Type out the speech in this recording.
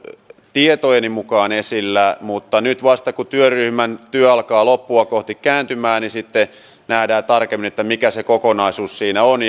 tietojeni mukaan esillä mutta nyt vasta kun työryhmän työ alkaa loppua kohti kääntymään sitten nähdään tarkemmin mikä se kokonaisuus siinä on